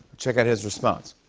check out his response.